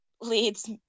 leads